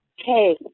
Okay